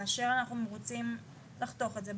כאשר אנחנו רוצים לחתוך את זה,